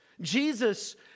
Jesus